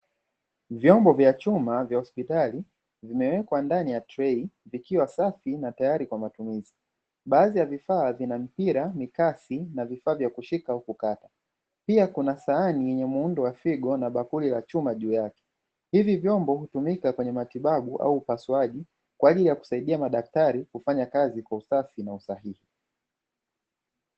Vyombo vya chuma vya hospitali vimewekwa ndani ya trei vikiwa safi na tayari kwa matumizi, baadhi ya vifaa vina: mipira, mikasi na vifaa vya kushika au kukata, pia kuna sahani yenye muundo wa figo na bakuli la chuma juu yake; hivi vyombo hutumika kwenye matibabu au upasuaji kwa ajili ya kusaidia madaktari kufanya kazi kwa usafi na usahihi.